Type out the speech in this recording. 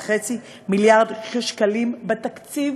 16.5 מיליארד שקלים בתקציב,